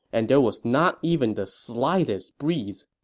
and there was not even the slightest breeze.